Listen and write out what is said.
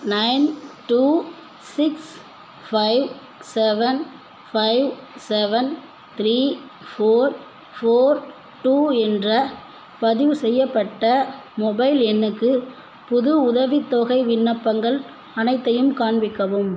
nine two six five seven five seven three four four two என்ற பதிவுசெய்யப்பட்ட mobile எண்ணுக்கு புது உதவித்தொகை விண்ணப்பங்கள் அனைத்தையும் காண்பிக்கவும்